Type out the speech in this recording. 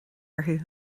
orthu